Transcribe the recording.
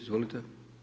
Izvolite.